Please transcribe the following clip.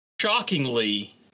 shockingly